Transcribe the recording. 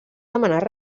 demanar